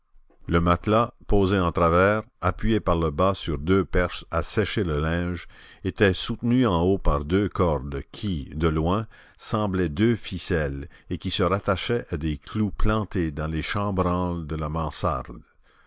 le matelas posé en travers appuyé par le bas sur deux perches à sécher le linge était soutenu en haut par deux cordes qui de loin semblaient deux ficelles et qui se rattachaient à des clous plantés dans les chambranles de la